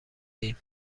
ایم